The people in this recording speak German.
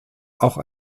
auch